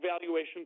valuation